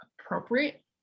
appropriate